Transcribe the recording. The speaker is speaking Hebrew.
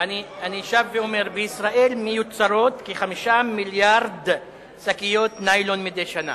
אני שב ואומר: בישראל מיוצרות כ-5 מיליארדי שקיות ניילון מדי שנה.